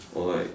or like